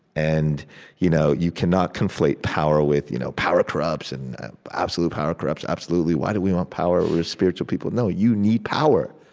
and you know you cannot conflate power with you know power corrupts and absolute power corrupts, absolutely. why do we want power? we're a spiritual people no. you need power.